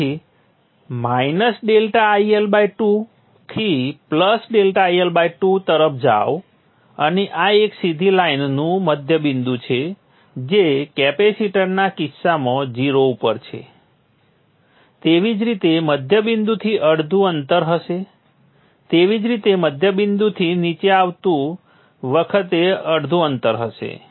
તેથી ∆IL 2 થી ∆IL 2 તરફ જાઓ અને આ એક સીધી લાઈનનું મધ્યબિંદુ છે જે કેપેસિટરના કિસ્સામાં 0 ઉપર છે તેવી જ રીતે મધ્યબિંદુથી અડધું અંતર હશે તેવી જ રીતે મધ્યબિંદુથી નીચે આવતી વખતે અડધું અંતર હશે